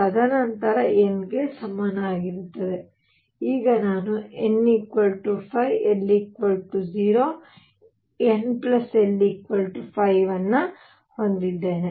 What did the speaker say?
ತದನಂತರ n ಸಮನಾಗಿರುತ್ತದೆ ಈಗ ನಾನು n 5 l 0 n l 5 ಅನ್ನು ಹೊಂದಿದ್ದೇನೆ